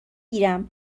گیرم